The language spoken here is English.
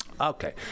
Okay